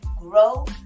grow